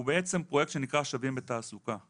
הוא בעצם פרויקט שנקרא "שווים בתעסוקה".